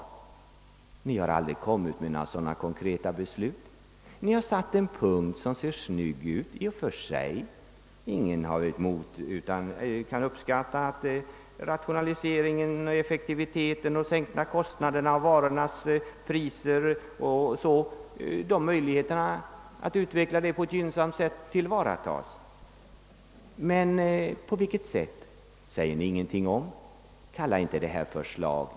Ni har aldrig framfört några sådana konkreta förslag. Ni har satt upp en punkt som i och för sig ser snygg ut. Ingen har någonting emot utan alla kan uppskatta att rationaliseringen, effektiviteten och de sänkta kostnaderna och därmed varornas priser utvecklas på ett gynnsamt sätt och att möjligheterna härtill tillvaratas. Men på vilket sätt skall ni göra det? Det säger ni ingenting om. Kalla inte detta för förslag!